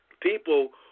people